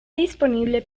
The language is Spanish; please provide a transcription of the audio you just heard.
disponible